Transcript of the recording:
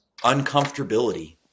uncomfortability